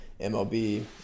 MLB